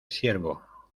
siervo